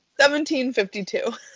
1752